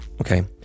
okay